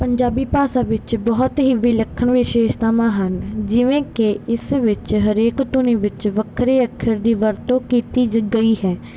ਪੰਜਾਬੀ ਭਾਸ਼ਾ ਵਿੱਚ ਬਹੁਤ ਹੀ ਵਿਲੱਖਣ ਵਿਸ਼ੇਸ਼ਤਾਵਾਂ ਹਨ ਜਿਵੇਂ ਕਿ ਇਸ ਵਿੱਚ ਹਰੇਕ ਧੁਨੀ ਵਿੱਚ ਵੱਖਰੇ ਅੱਖਰ ਦੀ ਵਰਤੋਂ ਕੀਤੀ ਜ ਗਈ ਹੈ